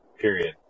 Period